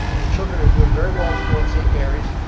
the children are doing very well in school at saint mary's,